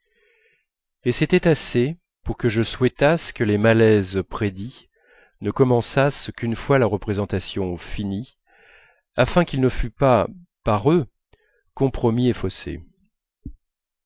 et c'était assez pour que je souhaitasse que les malaises prédits ne commençassent qu'une fois la représentation finie afin qu'il ne fût pas par eux compromis et faussé